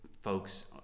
folks